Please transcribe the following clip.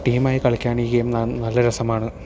ടീമായി കളിക്കാൻ ഈ ഗെയിം നല്ല രസമാണ്